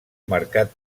marcat